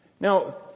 Now